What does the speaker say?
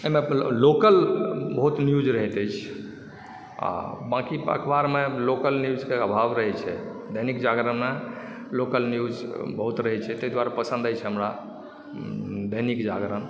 एहिमे लोकल बहुत न्यूज रहैत अछि आओर बाकि अखबारमे लोकल न्यूजके अभाव रहै छै दैनिक जागरणमे लोकल न्यूज बहुत रहैत अछि तैँ दुआरे पसन्द अछि हमरा दैनिक जागरण